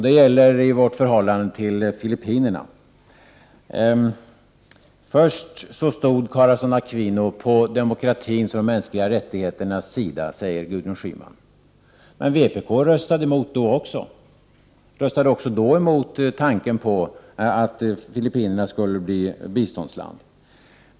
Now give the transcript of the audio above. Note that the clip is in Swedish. Det gäller vårt förhållande till Filippinerna. Först stod Corazon Aquino på demokratins och de mänskliga rättigheternas sida, säger Gudrun Schyman. Men vpk röstade emot då också. De röstade också då emot tanken på att Filippinerna skulle bli biståndsland.